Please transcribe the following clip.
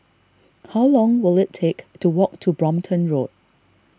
how long will it take to walk to Brompton Road